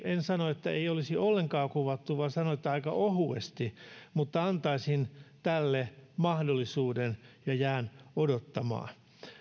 en sano että ei olisi ollenkaan kuvattu vaan sanon että aika ohuesti mutta antaisin tälle mahdollisuuden ja jään odottamaan